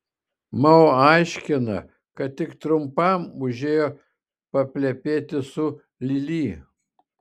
mao aiškina kad tik trumpam užėjo paplepėti su lili